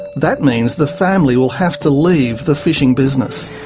that means the family will have to leave the fishing business.